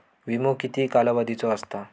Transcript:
विमो किती कालावधीचो असता?